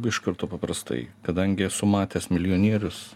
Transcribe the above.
iš karto paprastai kadangi esu matęs milijonierius